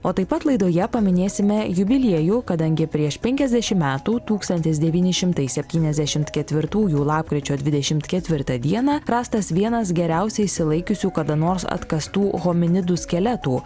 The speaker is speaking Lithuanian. o taip pat laidoje paminėsime jubiliejų kadangi prieš penkiasdešimt metų tūkstantis devyni šimtai septyniasdešimt ketvirtųjų lapkričio dvidešimt ketvirtą dieną rastas vienas geriausiai išsilaikiusių kada nors atkastų hominidų skeletų